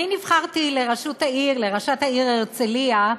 נבחרתי לראשות העיר, לראשת העיר הרצליה,